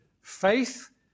Faith